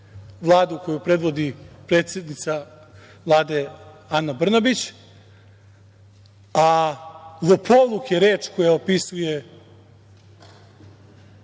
Vladu koju predvodi predsednica Vlade Ana Brnabić, a lopovluk je reč koja opisuje